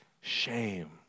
Shame